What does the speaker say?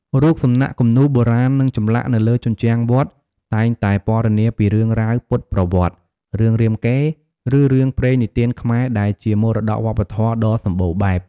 រូបសំណាក់ គំនូរបុរាណ និងចម្លាក់នៅលើជញ្ជាំងវត្តតែងតែពណ៌នាពីរឿងរ៉ាវពុទ្ធប្រវត្តិ រឿងរាមកេរ្តិ៍ ឬរឿងព្រេងនិទានខ្មែរ ដែលជាមរតកវប្បធម៌ដ៏សម្បូរបែប។